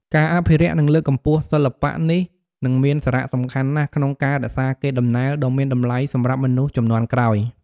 ការអភិរក្ស និងលើកកម្ពស់សិល្បៈនេះ គឺមានសារៈសំខាន់ណាស់ក្នុងការរក្សាកេរដំណែលដ៏មានតម្លៃសម្រាប់មនុស្សជំនាន់ក្រោយ។